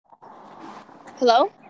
Hello